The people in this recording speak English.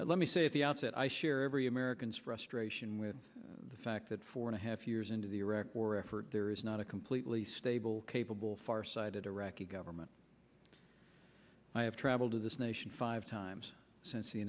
let me say at the outset i share every americans frustration with the fact that four and a half years into the iraq war effort there is not a completely stable capable farsighted iraqi government i have traveled to this nation five times since the